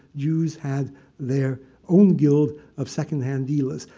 jews had their own guild of second-hand dealers.